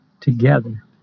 together